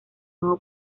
nuevo